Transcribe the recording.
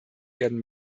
werden